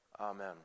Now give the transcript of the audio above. Amen